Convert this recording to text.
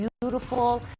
beautiful